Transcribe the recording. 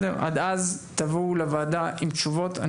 עד אז תבואו לוועדה עם תשובות.